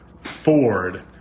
Ford